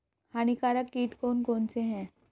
हानिकारक कीट कौन कौन से हैं?